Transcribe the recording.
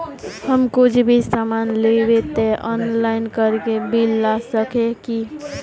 हम कुछ भी सामान लेबे ते ऑनलाइन करके बिल ला सके है की?